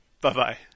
Bye-bye